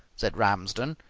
said ramsden,